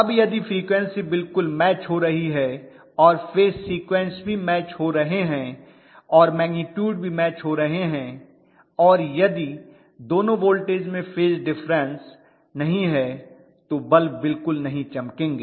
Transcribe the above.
अब यदि फ्रीक्वन्सी बिलकुल मैच हो रही हैं और फेज सीक्वेंस भी मैच हो रहे हैं और मैग्निटूड भी मैच हो रहे हैं और यदि दोनों वोल्टेज में फेज डिफरन्स नहीं है तो बल्ब बिल्कुल नहीं चमकेंगे